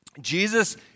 Jesus